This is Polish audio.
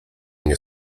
nie